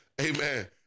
Amen